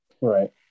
Right